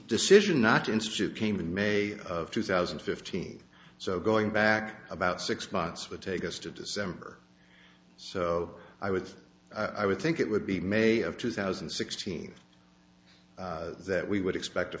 decision not to ensue came in may of two thousand and fifteen so going back about six months would take us to december so i would i would think it would be may of two thousand and sixteen that we would expect a